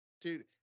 dude